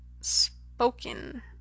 spoken